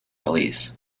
release